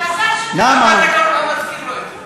מזל שכחלון, למה אתה כל פעם מזכיר לו את זה?